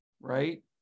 right